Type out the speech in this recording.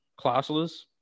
classless